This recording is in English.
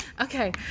Okay